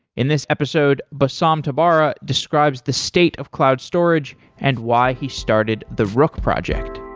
in this episode, bassam tabara describes the state of cloud storage and why he started the rook project.